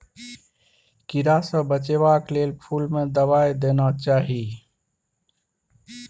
कीड़ा सँ बचेबाक लेल फुल में दवाई देना चाही